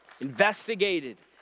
investigated